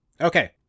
okay